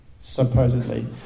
supposedly